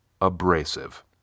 abrasive